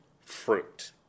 fruit